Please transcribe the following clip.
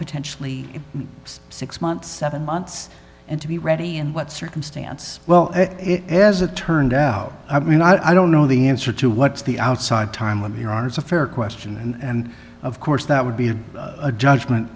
potentially six months seven months and to be ready in what circumstance well as it turned out i mean i don't know the answer to what's the outside time of year are it's a fair question and of course that would be a judgment